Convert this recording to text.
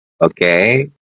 Okay